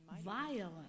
violent